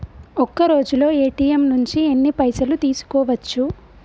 ఒక్కరోజులో ఏ.టి.ఎమ్ నుంచి ఎన్ని పైసలు తీసుకోవచ్చు?